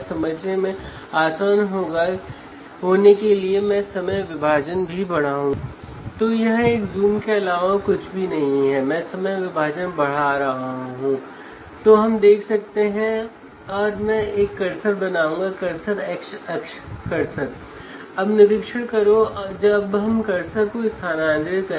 चित्र में दिखाए अनुसार सर्किट को कनेक्ट करें